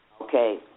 Okay